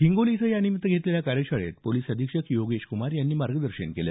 हिंगोली इथं यानिमित्त घेतलेल्या कार्यशाळेत पोलीस अधिक्षक योगेशकुमार यांनी मार्गदर्शन केलं